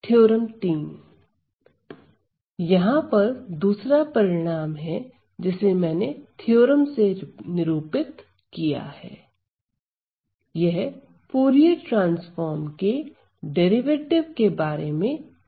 theorem 3 यहां पर दूसरा परिणाम है जिसे मैंने थ्योरम से निरूपित किया है यह फूरिये ट्रांसफॉर्म के डेरिवेटिव के बारे में बात करता है